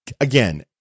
again